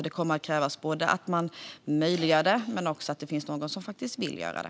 Det kommer att krävas att man möjliggör det men också att det finns någon som vill göra det.